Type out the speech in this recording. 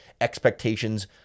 expectations